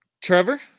Trevor